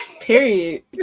period